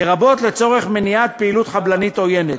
לרבות לצורך מניעת פעילות חבלנית עוינת,